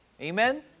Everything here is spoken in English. Amen